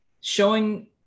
showing